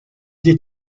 des